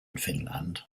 finland